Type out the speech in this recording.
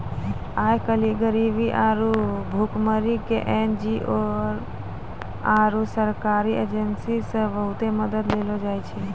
आइ काल्हि गरीबी आरु भुखमरी के एन.जी.ओ आरु सरकारी एजेंसीयो से बहुते मदत देलो जाय छै